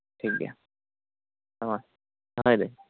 ᱴᱷᱤᱠ ᱜᱮᱭᱟ ᱦᱮᱸᱢᱟ ᱫᱚᱦᱚᱭᱮᱫᱟᱹᱧ